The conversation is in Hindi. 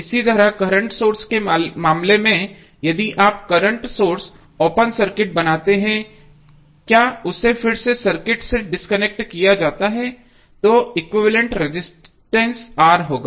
इसी तरह करंट सोर्स के मामले में यदि आप करंट सोर्स ओपन सर्किट बनाते हैं क्या उसे फिर से सर्किट से डिस्कनेक्ट किया जाता है तो एक्विवैलेन्ट रजिस्टेंस R होगा